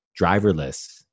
driverless